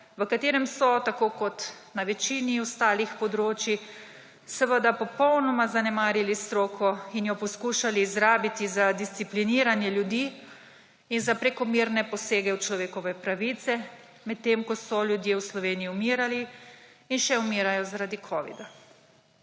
v katerem so tako kot na večini ostalih področij seveda popolnoma zanemarili stroko in jo poskušali izrabiti za discipliniranje ljudi in za prekomerne posege v človekove pravice, medtem ko so ljudje v Sloveniji umirali in še umirajo zaradi covida.